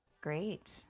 Great